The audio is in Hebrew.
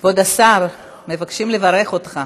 כבוד השר, מבקשים לברך אותך.